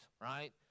right